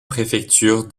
préfecture